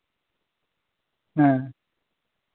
ᱦᱮᱸ